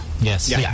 yes